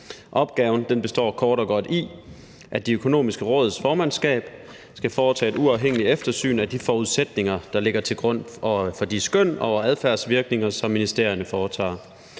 Opgaven består kort og godt i, at De Økonomiske Råds formandskab skal foretage et uafhængigt eftersyn af de forudsætninger, der ligger til grund for de skøn over adfærdsvirkninger, som ministerierne foretager.